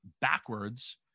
backwards